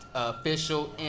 Official